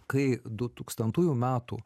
kai du tūkstantųjų metų